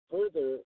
Further